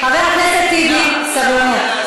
חבר הכנסת טיבי, סבלנות.